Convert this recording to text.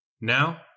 Now